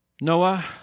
Noah